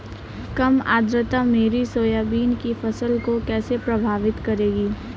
कम आर्द्रता मेरी सोयाबीन की फसल को कैसे प्रभावित करेगी?